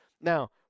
Now